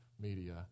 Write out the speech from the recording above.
media